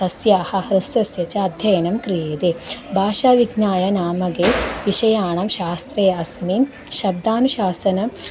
तस्याः हृसस्स्य च अध्ययनं क्रियते भाषाविज्ञानाय मुखे विषयाणां शास्त्रे अस्मिन् शब्दानुशासनं